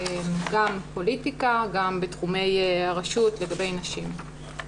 גם פוליטיקה, גם בתחומי הרשות לגבי נשים.